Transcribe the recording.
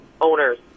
owners